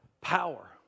power